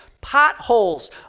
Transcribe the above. potholes